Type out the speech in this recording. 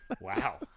Wow